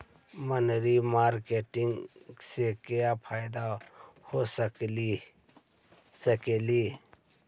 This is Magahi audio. मनरी मारकेटिग से क्या फायदा हो सकेली?